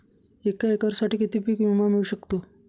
एका एकरसाठी किती पीक विमा मिळू शकतो?